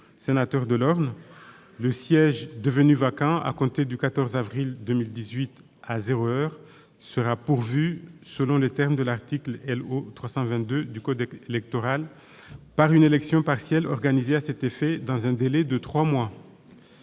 sénateur de l'Orne, le siège, devenu vacant à compter du 14 avril 2018 à zéro heure, sera pourvu, selon les termes de l'article L.O. 322 du code électoral, par une élection partielle organisée à cet effet dans un délai de trois mois.